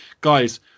guys